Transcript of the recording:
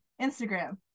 Instagram